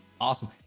Awesome